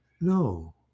no